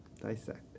Dissect